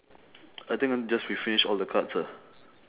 I think uh just we finish all the cards ah